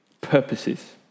purposes